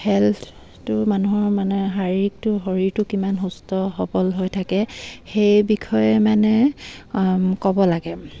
হেল্থটো মানুহৰ মানে শাৰীৰিকটো শৰীৰটো কিমান সুস্থ সবল হৈ থাকে সেই বিষয়ে মানে ক'ব লাগে